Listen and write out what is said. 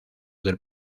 del